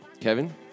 Kevin